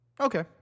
Okay